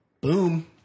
boom